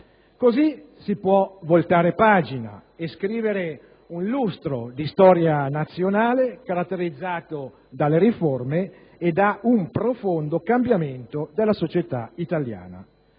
Così si può voltare pagina e scrivere un lustro di storia nazionale caratterizzato dalle riforme e da un profondo cambiamento della società italiana.